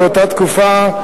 באותה תקופה,